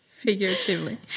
figuratively